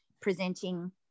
presenting